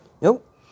Nope